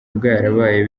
bwarabaye